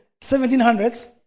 1700s